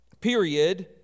period